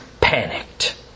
panicked